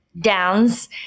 downs